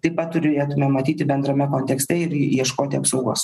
taip pat turėtume matyti bendrame kontekste ir ieškoti apsaugos